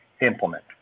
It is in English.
implement